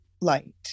light